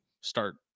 start